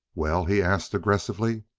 well? he asked aggressively.